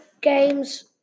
games